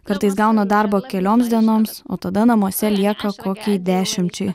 kartais gauna darbo kelioms dienoms o tada namuose lieka kokiai dešimčiai